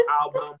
album